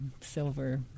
silver